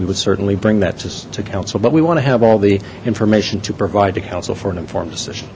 we would certainly bring that to council but we want to have all the information to provide to council for an informed decision